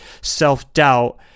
self-doubt